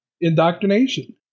indoctrination